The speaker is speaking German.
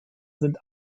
sind